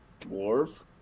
dwarf